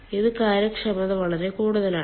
ഈ കാര്യക്ഷമത വളരെ കൂടുതലാണ്